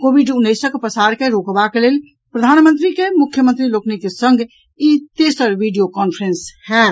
Covid उन्नैसक पसार के रोकबाक लेल प्रधानमंत्री के मुख्यमंत्री लोकनिक संग ई तेसर वीडियो कांफ्रेंस होएत